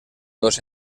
dos